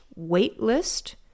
waitlist